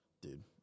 Dude